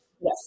Yes